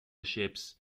chips